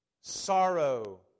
Sorrow